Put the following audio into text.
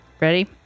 ready